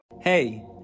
Hey